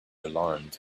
alarmed